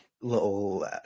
little